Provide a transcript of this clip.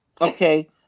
Okay